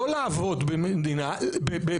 לא לעבוד בעבודה,